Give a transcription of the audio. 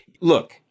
look